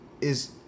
is-